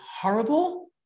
horrible